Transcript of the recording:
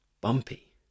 bumpy